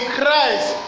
Christ